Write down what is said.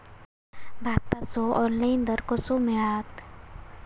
भाताचो ऑनलाइन दर कसो मिळात?